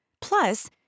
Plus